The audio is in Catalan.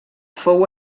fou